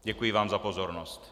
Děkuji vám za pozornost.